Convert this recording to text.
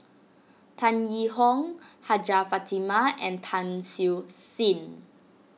Tan Yee Hong Hajjah Fatimah and Tan Siew Sin